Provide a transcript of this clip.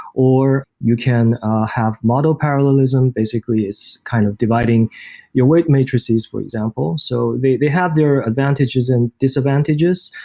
or you can have model parallelism. basically, it's kind of dividing your weight matrices, for example. so they they have their advantages and disadvantages.